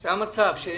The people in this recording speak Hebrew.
זה המצב.